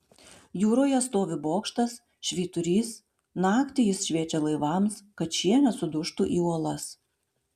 jūroje stovi bokštas švyturys naktį jis šviečia laivams kad šie nesudužtų į uolas